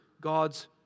God's